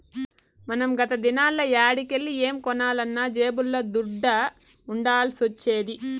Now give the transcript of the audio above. మనం గత దినాల్ల యాడికెల్లి ఏం కొనాలన్నా జేబుల్ల దుడ్డ ఉండాల్సొచ్చేది